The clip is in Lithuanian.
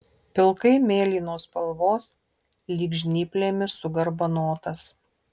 pilkai mėlynos spalvos lyg žnyplėmis sugarbanotas